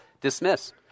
dismiss